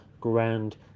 grand